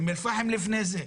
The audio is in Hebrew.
אום אל פאחם לפני זה,